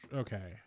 okay